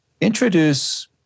introduce